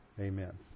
Amen